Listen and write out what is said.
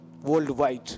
worldwide